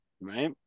Right